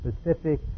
specific